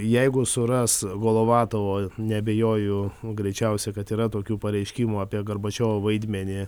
jeigu suras golovatovo neabejoju greičiausiai kad yra tokių pareiškimų apie gorbačiovo vaidmenį